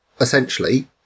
essentially